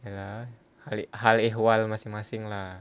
ah ya hal ehwal masing-masing lah